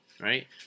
Right